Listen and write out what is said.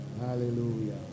Hallelujah